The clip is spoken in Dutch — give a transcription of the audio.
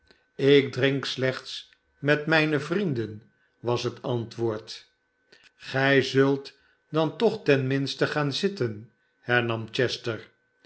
ik drink slechts met mijne vrienden was het antwoord gij zult dan toch ten minste gaan zitten hernam chester